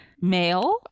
male